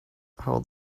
how